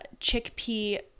chickpea